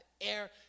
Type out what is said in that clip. air